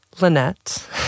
Lynette